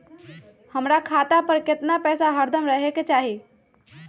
हमरा खाता पर केतना पैसा हरदम रहे के चाहि?